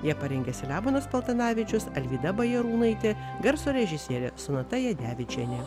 jie parengė selemonas paltanavičius alvyda bajarūnaitė garso režisierė sonata jadevičienė